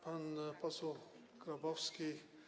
Pan poseł Grabowski.